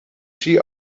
she